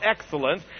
excellence